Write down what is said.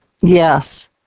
Yes